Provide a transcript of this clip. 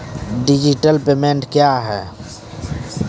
Digital payment क्या हैं?